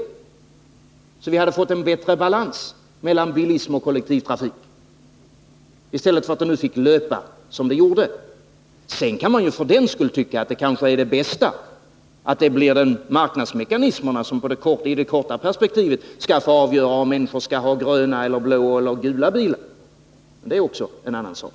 På det viset hade vi fått en bättre balans mellan bilism och kollektivtrafik, i stället för att utvecklingen fick löpa som den gjorde. För den skull kan man naturligtvis tycka att det bästa är att marknadsmekanismerna i det korta perspektivet får avgöra om människor skall ha gröna, blå eller gula bilar, men det är en helt annan sak.